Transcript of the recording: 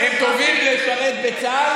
הם טובים לשרת בצה"ל,